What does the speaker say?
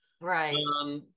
Right